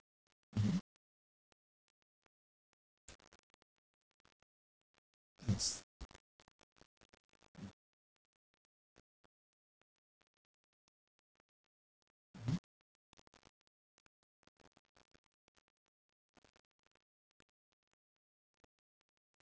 mmhmm yes mm mmhmm